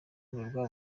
urukundo